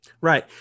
Right